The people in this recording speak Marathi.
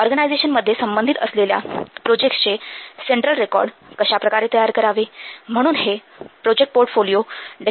ऑर्गनायझेशनमध्ये संबंधित असलेल्या प्रोजेक्टसचे सेंट्रल रेकॉर्ड कशाप्रकारे तयार करावे म्हणून हे प्रोजेक्ट पोर्टफोलिओ डेफिनिशनचे एक उद्दिष्ट्य होत